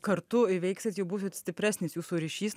kartu įveiksit jau būsit stipresnis jūsų ryšys